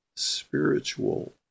spiritual